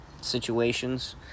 situations